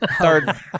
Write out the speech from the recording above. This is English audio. Third